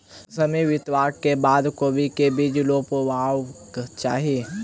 समय बितबाक बाद कोबी केँ के बीज रोपबाक चाहि?